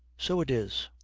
so it is!